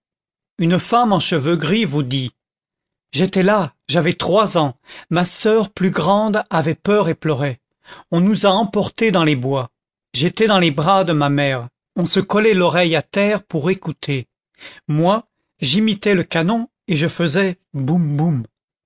une femme en cheveux gris vous dit j'étais là j'avais trois ans ma soeur plus grande avait peur et pleurait on nous a emportées dans les bois j'étais dans les bras de ma mère on se collait l'oreille à terre pour écouter moi j'imitais le canon et je faisais boum boum